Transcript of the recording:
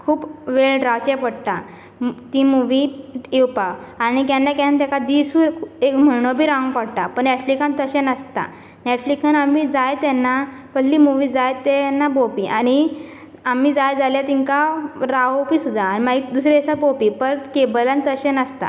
खूब वेळ रावचें पडटा ती मुवी येवपाक आनी केन्ना केन्ना ताका दिसूय एक म्हयनो बी रावंक पडटा पण नेटफ्लिकांत तशें नासता नेटफ्लिकांत आमी जाय तेन्ना कसली मुवी जाय ते तेन्ना पळोवपी आनी आमी जाय जाल्यार तिका रावोवपी सुद्दां दुसरे दिसा पळोवपी पर केबलान तशें नासता